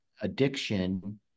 addiction